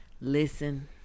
listen